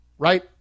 Right